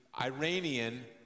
Iranian